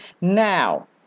now